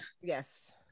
Yes